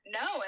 no